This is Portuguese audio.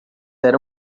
era